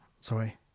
Sorry